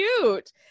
cute